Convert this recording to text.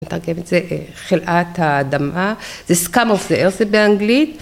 ‫נתרגם את זה, חלאת האדמה, ‫זה scum of the earth באנגלית.